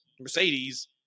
Mercedes